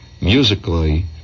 musically